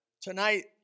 Tonight